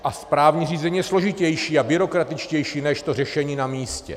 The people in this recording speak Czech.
A správní řízení je složitější a byrokratičtější než to řešení na místě.